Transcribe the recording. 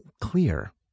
clear